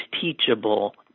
teachable